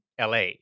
LA